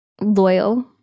Loyal